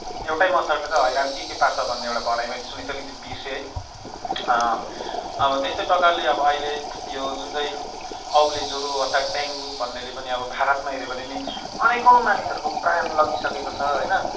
एउटै मच्छरले चाहिँ हैरान के के पार्छ भन्ने एउटा भनाइ मैले सुनेको थिएँ अलिकति बिर्सिए है अब त्यस्तै प्रकारले अब अहिले यो जुन चाहिँ औलेज्वरो अर्थात् डेङ्गु भन्नेले पनि अब भारतमा हेर्यौँ भने पनि अनेकौँ मानिसहरूको प्राण लगिसकेको छ होइन